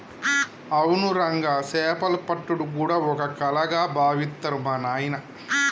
అవును రంగా సేపలు పట్టుడు గూడా ఓ కళగా బావిత్తరు మా నాయిన